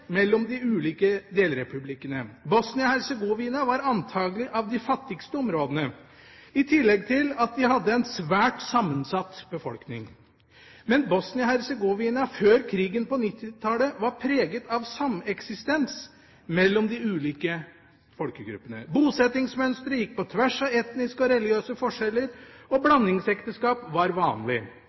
mellom de ulike delrepublikkene. Bosnia-Hercegovina var antakelig av de fattigste områdene, i tillegg til at de hadde en svært sammensatt befolkning. Men Bosnia-Hercegovina var før krigen på 1990-tallet preget av sameksistens mellom de ulike folkegruppene. Bosettingsmønsteret gikk på tvers av etniske og religiøse forskjeller, og blandingsekteskap var vanlig.